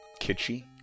kitschy